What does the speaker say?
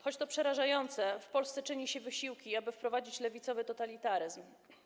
Choć to przerażające, w Polsce czyni się wysiłki, aby wprowadzić lewicowy totalitaryzm.